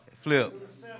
Flip